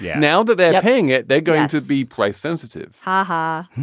yeah now that they're paying it, they're going to be price sensitive haha.